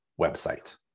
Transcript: website